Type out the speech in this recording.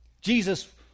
Jesus